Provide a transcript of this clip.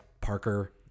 Parker